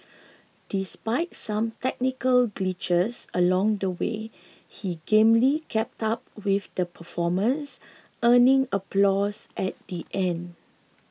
despite some technical glitches along the way he gamely kept up with the performance earning applause at the end